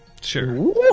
Sure